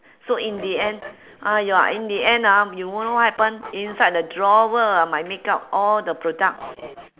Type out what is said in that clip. so in the end !aiya! in the end ah you w~ know what happen inside the drawer ah my makeup all the products